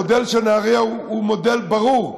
המודל של נהריה הוא מודל ברור,